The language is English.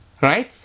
Right